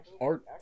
art